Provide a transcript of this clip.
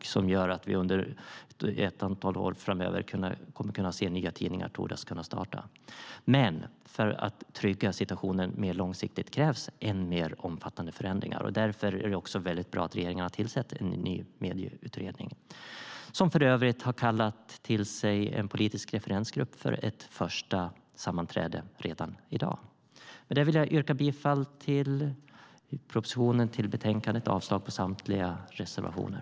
Det gör att vi under ett antal år framöver kommer att kunna se att man törs starta nya tidningar. För att trygga situationen mer långsiktigt krävs än mer omfattande förändringar. Därför är det väldigt bra att regeringen har tillsatt en ny medieutredning. Den har för övrigt kallat till sig en politisk referensgrupp för ett första sammanträde redan i dag. Med det yrkar jag bifall till propositionen och utskottets förslag i betänkandet och avslag på samtliga reservationer.